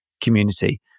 community